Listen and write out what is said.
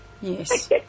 Yes